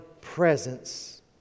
presence